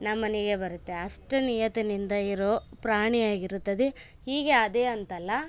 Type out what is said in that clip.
ನಮ್ಮನೆಗೆ ಬರುತ್ತೆ ಅಷ್ಟು ನಿಯತ್ತಿನಿಂದ ಇರೋ ಪ್ರಾಣಿಯಾಗಿರುತ್ತದೆ ಹೀಗೆ ಅದೇ ಅಂತಲ್ಲ